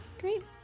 Great